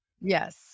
Yes